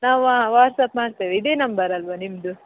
ನಾವು ವಾಟ್ಸಪ್ ಮಾಡ್ತೇವೆ ಇದೇ ನಂಬರ್ ಅಲ್ವಾ ನಿಮ್ಮದು